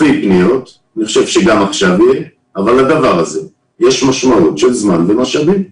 אבל לדבר הזה יש משמעות של זמן ומשאבים,